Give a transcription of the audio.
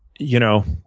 you know,